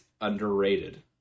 underrated